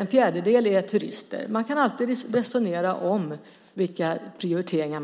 En fjärdedel av besökarna är turister. Man kan alltid resonera om prioriteringar.